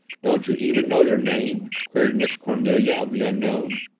don't you even know your name? queried miss cornelia of the unknown.